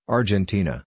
Argentina